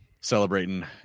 celebrating